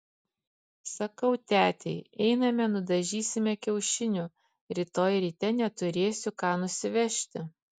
sakau tetei einame nudažysime kiaušinių rytoj ryte neturėsiu ką nusivežti